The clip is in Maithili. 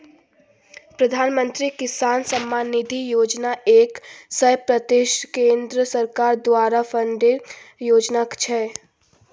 प्रधानमंत्री किसान सम्मान निधि योजना एक सय प्रतिशत केंद्र सरकार द्वारा फंडिंग योजना छै